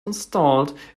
installed